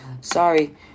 Sorry